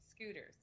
scooters